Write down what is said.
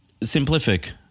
simplific